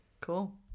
Cool